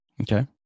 Okay